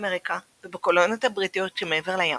באמריקה ובקולוניות הבריטיות מעבר לים.